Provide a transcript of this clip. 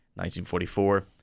1944